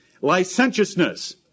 Licentiousness